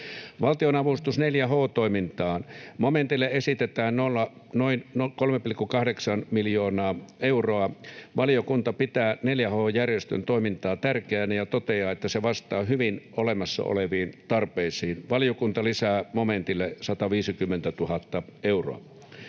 Valtionavustus 4H-toimintaan: Momentille esitetään noin 3,8 miljoonaa euroa. Valiokunta pitää 4H-järjestön toimintaa tärkeänä ja toteaa, että se vastaa hyvin olemassa oleviin tarpeisiin. Valiokunta lisää momentille 150 000 euroa.